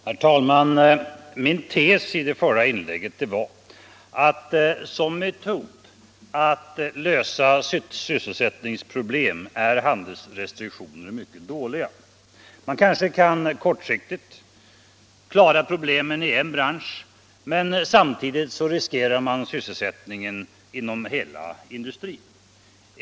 kort genmäle: Herr talman! Min tes i det förra inlägget var att som metod att lösa sysselsättningsproblem är handelsrestriktioner mycket dåliga. Man kanske kan klara problemen kortsiktigt i en bransch, men samtidigt riskerar man sysselsättningen inom hela industrin.